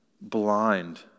Blind